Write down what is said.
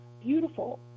beautiful